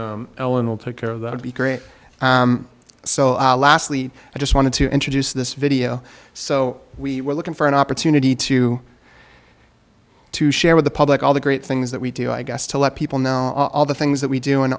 ellen will take care of that would be great so lastly i just wanted to introduce this video so we were looking for an opportunity to to share with the public all the great things that we do i guess to let people know all the things that we do and